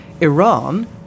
Iran